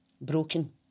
broken